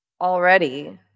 already